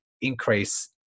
increase